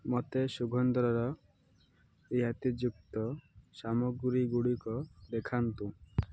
ମୋତେ ସୁଗନ୍ଧର ରିହାତିଯୁକ୍ତ ସାମଗ୍ରୀ ଗୁଡ଼ିକ ଦେଖାନ୍ତୁ